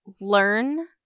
learn